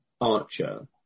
Archer